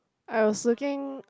I was looking